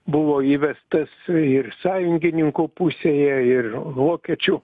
buvo įvestas ir sąjungininkų pusėje ir vokiečių